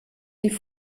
die